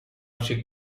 she